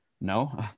No